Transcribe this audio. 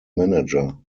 manager